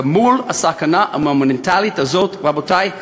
ומול הסכנה המונומנטלית הזאת, רבותי,